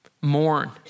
mourn